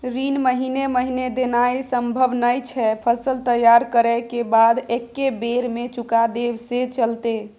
ऋण महीने महीने देनाय सम्भव नय छै, फसल तैयार करै के बाद एक्कै बेर में चुका देब से चलते?